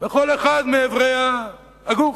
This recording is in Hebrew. בכל אחד מאיברי הגוף.